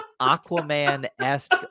Aquaman-esque